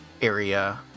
area